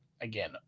again